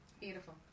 Beautiful